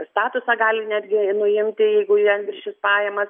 statusą gali netgi nuimti jeigu jiem viršys pajamas